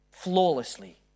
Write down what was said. Flawlessly